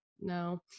no